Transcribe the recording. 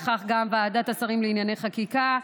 וכך גם ועדת השרים לענייני חקיקה,